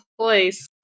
place